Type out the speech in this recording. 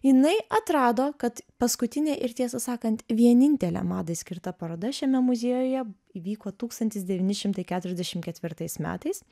jinai atrado kad paskutinė ir tiesą sakant vienintelė madai skirta paroda šiame muziejuje įvyko tūkstantis devyni šimtai keturiasdešim ketvirtais metais